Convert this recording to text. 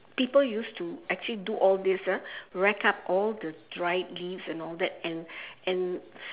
people used to actually do all these ah rack up all the dried leaves and all that and and